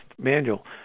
manual